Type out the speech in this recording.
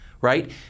right